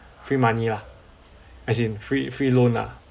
free money lah as in free free loan lah